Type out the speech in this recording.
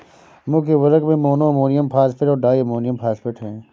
मुख्य उर्वरक में मोनो अमोनियम फॉस्फेट और डाई अमोनियम फॉस्फेट हैं